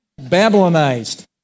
Babylonized